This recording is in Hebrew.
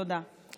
תודה.